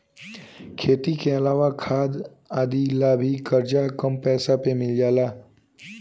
खेती के अलावा खाद आदि ला भी करजा कम पैसा पर मिल जाला